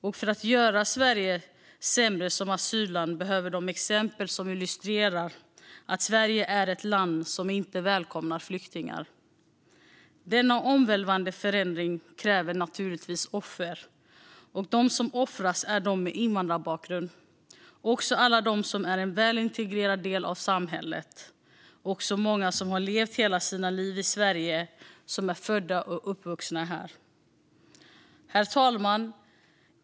Och för att göra Sverige sämre som asylland behöver de exempel som illustrerar att Sverige är ett land som inte välkomnar flyktingar. Denna omvälvande förändring kräver naturligtvis offer. Och de som offras är de som har invandrarbakgrund, också alla de som är en väl integrerad del av samhället och som i många fall har levt hela sina liv i Sverige - som är födda och uppvuxna här. Herr talman!